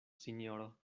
sinjoro